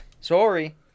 Sorry